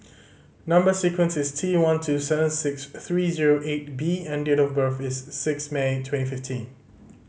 number sequence is T one two seven six three zero eight B and date of birth is six May twenty fifteen